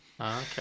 Okay